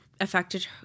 affected